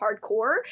hardcore